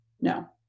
No